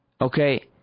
okay